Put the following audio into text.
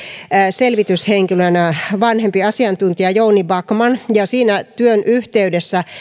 selvityshenkilönä vanhempi asiantuntija jouni backman ja siinä työn yhteydessä